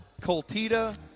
Coltita